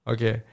Okay